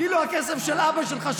כאילו הכסף של אבא שלך,